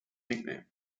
nickname